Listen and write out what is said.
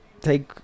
Take